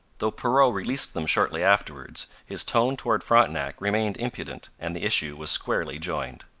though perrot released them shortly afterwards, his tone toward frontenac remained impudent and the issue was squarely joined.